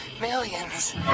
Millions